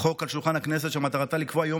חוק על שולחן הכנסת שמטרתה לקבוע יום